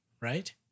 Right